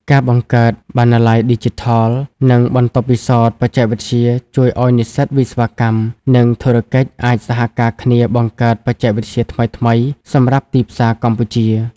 ការបង្កើតបណ្ណាល័យឌីជីថល និងបន្ទប់ពិសោធន៍បច្ចេកវិទ្យា ជួយឱ្យនិស្សិតវិស្វកម្ម និងធុរកិច្ចអាចសហការគ្នាបង្កើតបច្ចេកវិទ្យាថ្មីៗសម្រាប់ទីផ្សារកម្ពុជា។